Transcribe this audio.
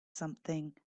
something